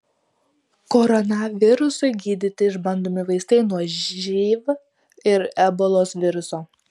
koronavirusui gydyti išbandomi vaistai nuo živ ir ebolos viruso